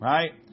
Right